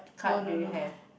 oh no no